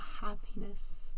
happiness